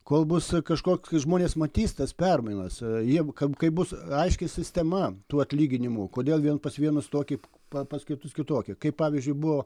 kol bus kažkoki žmonės matys tas permainas jiem kad kai bus aiški sistema tų atlyginimų kodėl vien pas vienus toki pa pas kitus kitoki kaip pavyzdžiui buvo